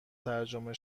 ترجمه